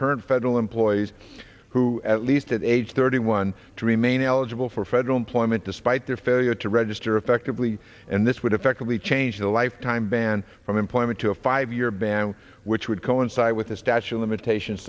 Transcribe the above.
current federal employees who at least at age thirty one to remain eligible for federal employment despite their failure to register effectively and this would effectively change the lifetime ban from employment to a five year ban which would coincide with a statue of limitations